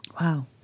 Wow